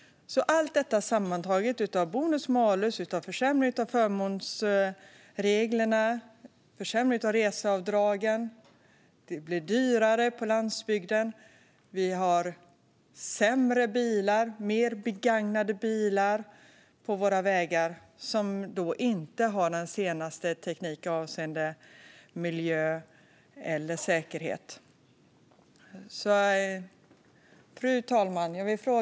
Allt detta sammantaget, bonus-malus och försämringar av förmånsregler och reseavdrag, ger ökade kostnader på landsbygden och fler äldre bilar utan den senaste tekniken avseende miljö och säkerhet på våra vägar. Fru talman!